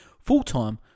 full-time